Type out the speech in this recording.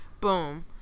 boom